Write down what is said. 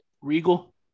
regal